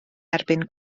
erbyn